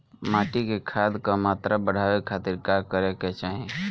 माटी में खाद क मात्रा बढ़ावे खातिर का करे के चाहीं?